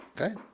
Okay